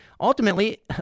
Ultimately